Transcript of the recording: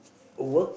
work